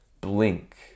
blink